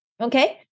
okay